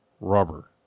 rubber